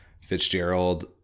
Fitzgerald